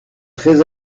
très